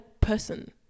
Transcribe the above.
person